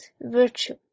virtue